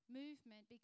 movement